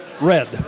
red